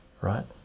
right